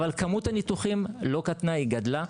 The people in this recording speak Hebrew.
אבל כמות הניתוחים לא קטנה, היא גדלה.